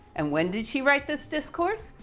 and when did she write this discourse?